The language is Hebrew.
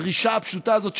הדרישה הפשוטה הזאת,